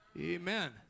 Amen